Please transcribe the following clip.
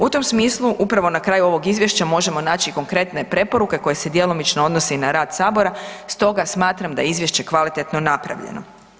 U tom smislu upravo na kraju ovog izvješća možemo naći konkretne preporuke koje se djelomično odnose i na rad Sabora, stoga smatram da je izvješće kvalitetno napravljeno.